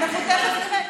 אנחנו תכף נראה.